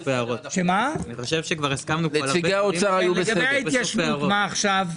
לגבי ההתיישנות, מה עכשיו?